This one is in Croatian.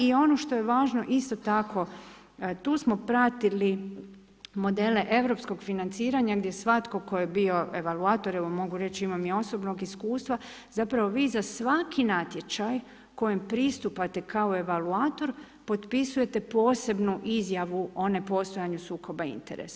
I ono što je važno isto tako, tu smo pratili modele europskog financiranja gdje svatko tko je bio evaluator, evo mogu reći imam i osobnog iskustva, zapravo vi za svaki natječaj kojem pristupate kao evaluator potpisujete posebnu izjavu o nepostojanju sukoba interesa.